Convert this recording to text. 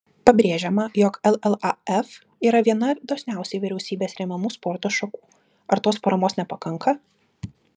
pabrėžiama jog llaf yra viena dosniausiai vyriausybės remiamų sporto šakų ar tos paramos nepakanka